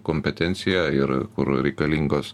kompetencija ir kur reikalingos